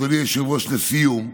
אדוני היושב-ראש, לסיום,